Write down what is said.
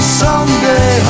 someday